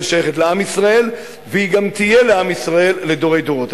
שייכת לעם ישראל והיא גם תהיה לעם ישראל לדורי דורות.